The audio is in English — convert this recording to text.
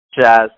jazz